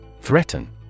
Threaten